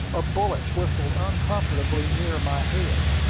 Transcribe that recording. a bullet whistled uncomfortably near my head.